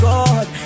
God